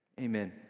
Amen